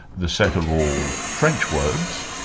the set of all french words,